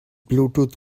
bluetooth